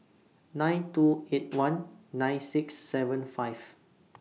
nine two eight one nine six seven five